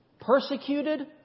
persecuted